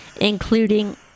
including